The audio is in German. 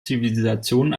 zivilisation